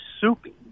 soupy